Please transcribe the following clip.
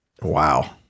wow